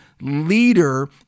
leader